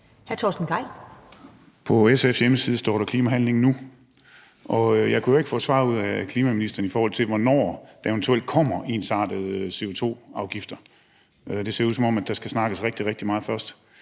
På SF's hjemmeside står der »Klimahandling nu«. Jeg kunne jo ikke få et svar ud af klimaministeren om, hvornår der eventuelt kommer ensartede CO2-afgifter. Det ser ud, som om der skal snakkes rigtig, rigtig meget først.